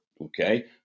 okay